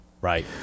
right